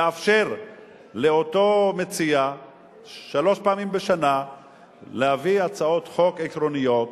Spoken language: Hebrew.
לאפשר לאותו מציע שלוש פעמים בשנה להביא הצעות חוק עקרוניות,